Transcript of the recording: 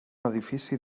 edifici